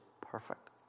perfect